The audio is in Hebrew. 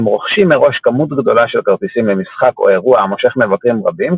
הם רוכשים מראש כמות גדולה של כרטיסים למשחק או אירוע המושך מבקרים רבים